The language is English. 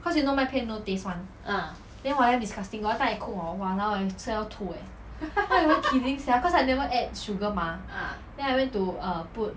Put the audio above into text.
ah ah